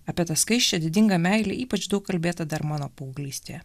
apie tą skaisčią didingą meilę ypač daug kalbėta dar mano paauglystėje